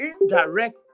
indirect